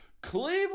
Cleveland